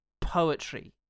poetry